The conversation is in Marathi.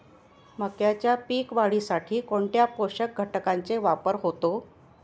मक्याच्या पीक वाढीसाठी कोणत्या पोषक घटकांचे वापर होतो?